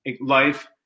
life